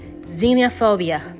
xenophobia